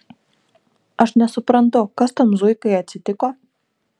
aš nesuprantu kas tam zuikai atsitiko